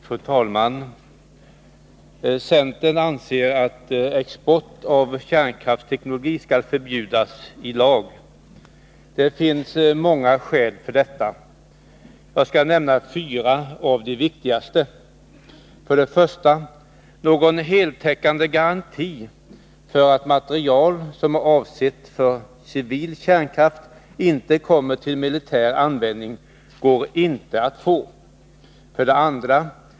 Fru talman! Centern anser att export av kärnkraftsteknologi skall förbjudas i lag. Det finns många skäl för detta. Jag skall nämna fyra av de viktigaste. 1. Någon heltäckande garanti för att material som är avsett för civil kärnkraft inte kommer till militär användning går inte att få. 2.